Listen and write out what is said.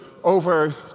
over